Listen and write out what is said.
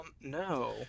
No